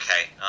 okay